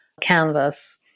canvas